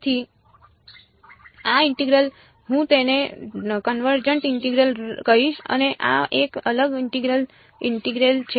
તેથી આ ઇન્ટેગ્રલ હું તેને કન્વર્જન્ટ ઇન્ટિગ્રલ કહીશ અને આ એક અલગ ઇન્ટેગ્રલ ઇન્ટેગ્રલ છે